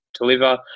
deliver